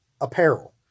apparel